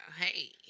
Hey